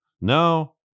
No